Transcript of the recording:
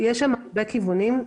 יש שם הרבה כיוונים.